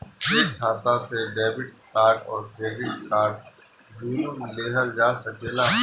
एक खाता से डेबिट कार्ड और क्रेडिट कार्ड दुनु लेहल जा सकेला?